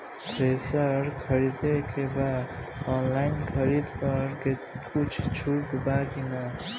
Thresher खरीदे के बा ऑनलाइन खरीद पर कुछ छूट बा कि न?